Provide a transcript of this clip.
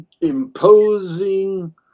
imposing